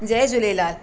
Jay Jhulelal